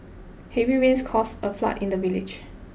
heavy rains caused a flood in the village